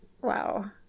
Wow